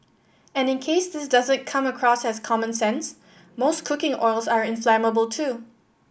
and in case this doesn't come across as common sense most cooking oils are inflammable too